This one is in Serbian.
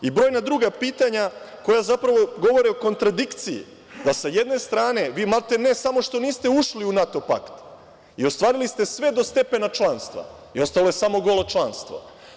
I brojna druga pitanja koja zapravo govore o kontradikciji da, sa jedne strane, vi maltene samo što niste ušli u NATO pakt i ostvarili ste sve do stepena članstva, ostalo je samo golo članstvo.